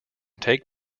take